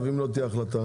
ואם לא תהיה החלטה?